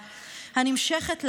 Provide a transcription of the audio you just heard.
הנמשכת,